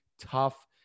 tough